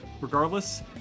regardless